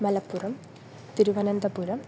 Malappuram Thiruvananthapuram